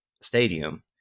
stadium